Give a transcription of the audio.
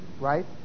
Right